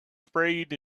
sprayed